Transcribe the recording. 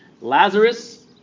Lazarus